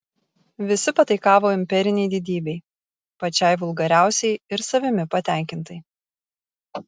visi pataikavo imperinei didybei pačiai vulgariausiai ir savimi patenkintai